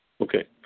Okay